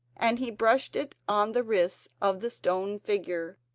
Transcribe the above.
and he brushed it on the wrists of the stone figure,